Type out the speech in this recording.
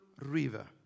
River